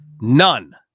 none